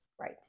Right